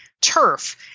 turf